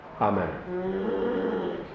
Amen